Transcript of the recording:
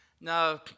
Now